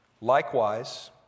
Likewise